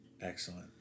Excellent